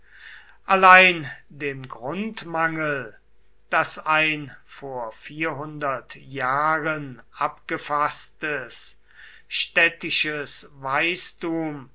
allein dem grundmangel daß ein vor vierhundert jahren abgefaßtes städtisches